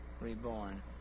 reborn